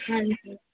ਹਾਂਜੀ